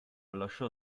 lasciò